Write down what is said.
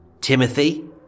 Timothy